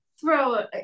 throw